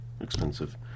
expensive